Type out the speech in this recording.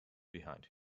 behind